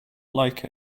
like